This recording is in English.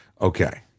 Okay